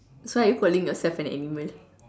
so are you calling yourself an animal